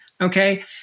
Okay